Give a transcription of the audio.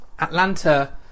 Atlanta